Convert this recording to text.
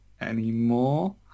anymore